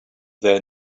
their